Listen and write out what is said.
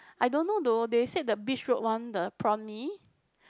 I don't know though they said the Beach Road one the Prawn Mee